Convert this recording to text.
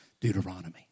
Deuteronomy